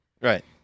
Right